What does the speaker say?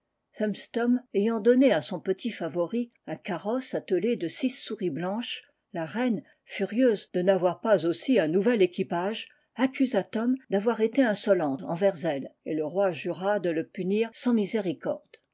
stom ayant donné à son petit favori un carrosse attelé de six souris blanches la reine furieuse de n'avoir pas aussi un nouvel équipage accusa tom d'avoir été insolente envers elle et le roi jura de le punir sans miséricorde